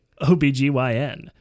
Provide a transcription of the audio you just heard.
OBGYN